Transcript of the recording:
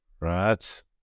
right